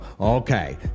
okay